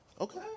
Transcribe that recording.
Okay